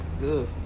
Good